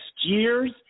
year's